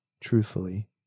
truthfully